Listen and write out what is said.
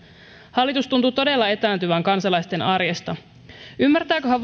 hallitus tuntuu todella etääntyvän kansalaisten arjesta ymmärtääköhän